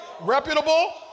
Reputable